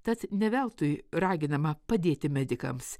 tad ne veltui raginama padėti medikams